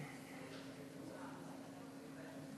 אראל מרגלית.